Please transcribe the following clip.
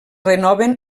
renoven